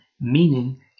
Meaning